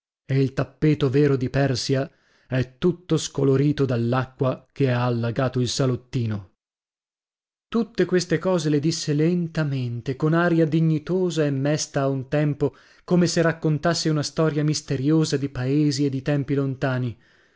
e il tappeto vero di persia è tutto scolorito dall'acqua che ha allagato il salottino tutte queste cose le disse lentamente con aria dignitosa e mesta a un tempo come se raccontasse una storia misteriosa di paesi e di tempi lontani